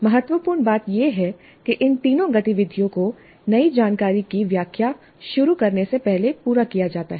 महत्वपूर्ण बात यह है कि इन तीनों गतिविधियों को नई जानकारी की व्याख्या शुरू करने से पहले पूरा किया जाता है